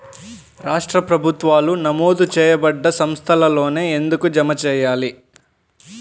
రాష్ట్ర ప్రభుత్వాలు నమోదు చేయబడ్డ సంస్థలలోనే ఎందుకు జమ చెయ్యాలి?